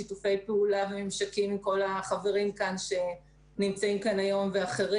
שיתופי פעולה עם הגורמים השונים שדיברו בוועדה לפני.